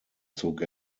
zog